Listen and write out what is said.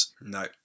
No